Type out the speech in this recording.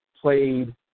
played